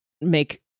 make